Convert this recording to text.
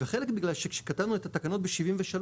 וחלק בגלל שכשכתבנו את התקנות ב-1973